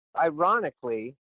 Ironically